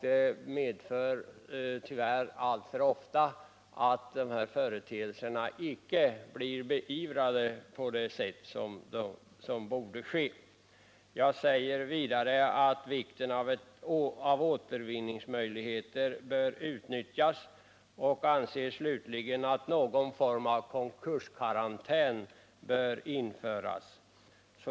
Det medför tyvärr alltför ofta att de här företeelserna icke blir beivrade på det sätt som borde ske. Jag säger vidare att vikten av återvinningsmöjligheter bör utnyttjas, och jag Nr 141 anser slutligen att någon form av konkurskarantän bör införas.